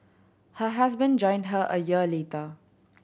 her husband joined her a year later